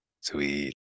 Sweet